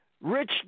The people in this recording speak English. Rich